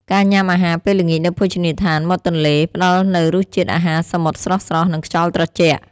ការញ៉ាំអាហារពេលល្ងាចនៅភោជនីយដ្ឋានមាត់ទន្លេ ផ្ដល់នូវរសជាតិអាហារសមុទ្រស្រស់ៗ និងខ្យល់ត្រជាក់។